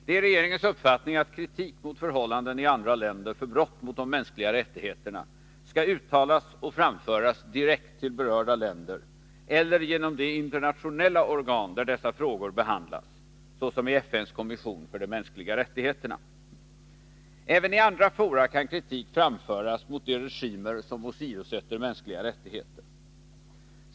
Det är regeringens uppfattning att kritik mot förhållanden i andra länder när det gäller brott mot de mänskliga rättigheterna skall uttalas och framföras direkt till berörda länder eller genom de internationella organ där dessa frågor behandlas, såsom i FN:s kommission för de mänskliga rättigheterna. Även i andra fora kan kritik framföras mot de regimer som åsidosätter mänskliga rättigheter.